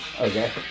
Okay